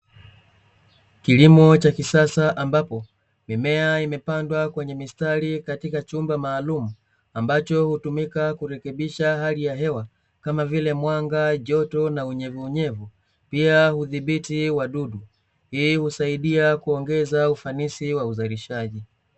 Kilimo cha kisasa ambapo mimea imepandwa kwenye mistali katika chumba maalumu ambacho hutumika kurekebisha hali ya hewa kama vile mwanga, joto na unyevunyevu, Pia hudhibiti wadudu, hii husaidia kuongeza ufanisi wa uzalishaji.